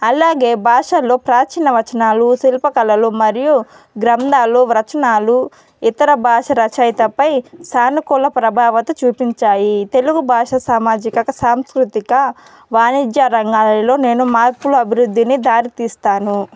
అలాగే భాషల్లో ప్రాచీన వచనాలు శిల్పకళలు మరియు గ్రంథాలు వచనలు ఇతర భాష రచయితపై సానుకూల ప్రభావం చూపించాయి తెలుగు భాష సామాజిక సాంస్కృతిక వాణిజ్య రంగాలలో నేను మార్పుల అభివృద్ధిని దారి తీస్తాను